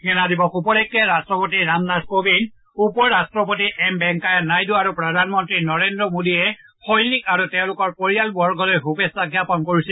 সেনা দিৱস উপলক্ষে ৰাষ্ট্ৰপতি ৰামনাথ কোবিন্দ উপৰাষ্ট্ৰপতি এম ভেংকায়া নাইডু আৰু প্ৰধানমন্ত্ৰী নৰেন্দ্ৰ মোডীয়ে সৈনিক আৰু তেওঁলোকৰ পৰিয়ালবগলৈ শুভেচ্ছা জ্ঞাপন কৰিছে